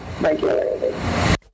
regularly